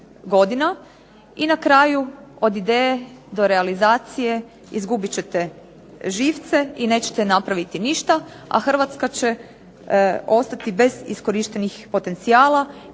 i na kraju od ideje do realizacije izgubit ćete živce i nećete napraviti ništa, a Hrvatska će ostati bez iskorištenih potencijala